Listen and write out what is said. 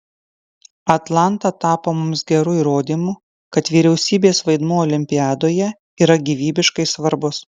atlanta tapo mums geru įrodymu kad vyriausybės vaidmuo olimpiadoje yra gyvybiškai svarbus